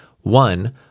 One